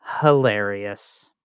hilarious